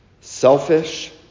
selfish